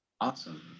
awesome